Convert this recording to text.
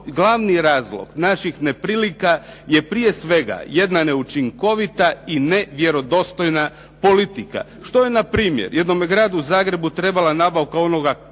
Glavni razlog naših neprilika je prije svega jedna neučinkovita i nevjerodostojna politika. Što je npr. jednome Gradu Zagrebu trebala nabavka onog